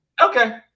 Okay